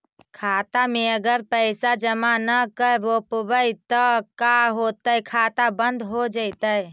खाता मे अगर पैसा जमा न कर रोपबै त का होतै खाता बन्द हो जैतै?